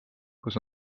kus